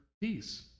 peace